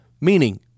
Meaning